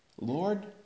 Lord